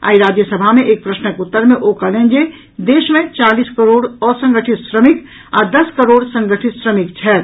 आइ राज्यसभा मे एक प्रश्नक उत्तर मे ओ कहलनि जे देश मे चालीस करोड़ असंगठित श्रमिक आ दस करोड़ संगठित श्रमिक छथि